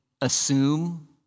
assume